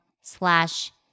slash